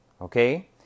okay